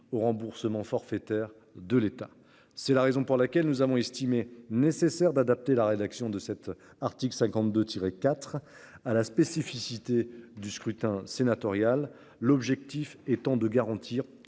au remboursement forfaitaire de l'État. C'est la raison pour laquelle nous avons estimé nécessaire d'adapter la rédaction de cet article 52 tiré quatre à la spécificité du scrutin sénatorial, l'objectif étant de garantir